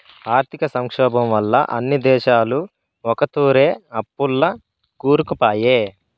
ఆర్థిక సంక్షోబం వల్ల అన్ని దేశాలు ఒకతూరే అప్పుల్ల కూరుకుపాయే